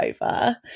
over